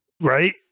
Right